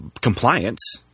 compliance